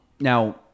Now